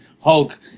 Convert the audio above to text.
Hulk